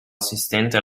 assistente